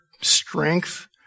strength